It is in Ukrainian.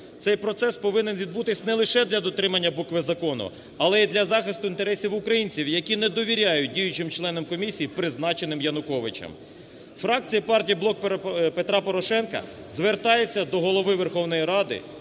Цей процес повинен відбутись не лише для дотримання букви закону, але і для захисту інтересів українців, які не довіряють діючим членам комісії, призначеним Януковичем. Фракція партії "Блок Петра Порошенка" звертається до Голови Верховної Ради,